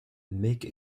make